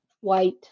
white